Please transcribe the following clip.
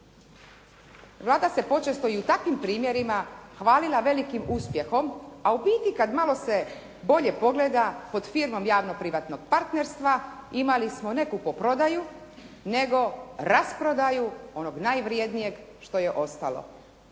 Vlada se počesto i u takvim primjerima hvalila velikim uspjehom, a ubiti kad malo se bolje pogleda pod firmom javno-privatnog partnerstva imali smo ne kupoprodaju, nego rasprodaju onog najvrjednijeg što je ostalo